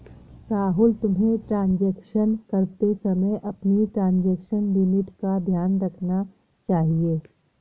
राहुल, तुम्हें ट्रांजेक्शन करते समय अपनी ट्रांजेक्शन लिमिट का ध्यान रखना चाहिए